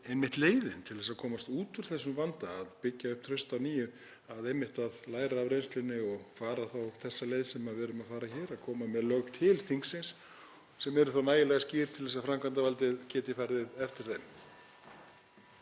einmitt leiðin til að komast út úr þessum vanda, að byggja upp traust að nýju, að læra af reynslunni og fara þá leið sem við erum að fara hér; að leggja lög fram á þinginu sem eru þá nægilega skýr til þess að framkvæmdarvaldið geti farið eftir þeim.